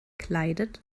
kleidet